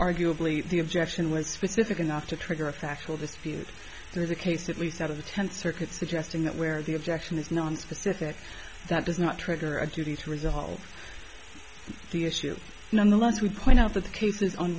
arguably the objection was specific enough to trigger a factual dispute there's a case at least out of the tenth circuit suggesting that where the objection is nonspecific that does not trigger a duty to resolve the issue nonetheless we point out that the cases on